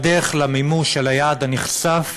בדרך למימוש היעד הנכסף